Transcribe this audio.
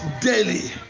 daily